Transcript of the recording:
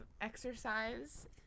exercise